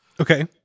Okay